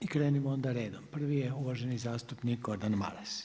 I krenimo onda redom, prvi je uvaženi zastupnik Gordan Maras.